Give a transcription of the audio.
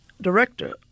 director